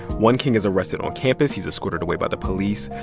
one king is arrested on campus. he's escorted away by the police.